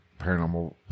paranormal